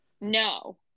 No